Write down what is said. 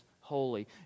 holy